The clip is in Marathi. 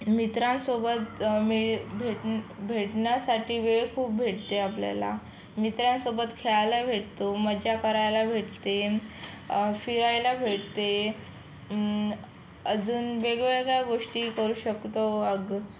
मित्रांसोबत वेळ भेट भेटण्यासाठी वेळ खूप भेटते आपल्याला मित्रांसोबत खेळायला भेटतो मज्जा करायला भेटते फिरायला भेटते अजून वेगवेगळ्या गोष्टी करू शकतो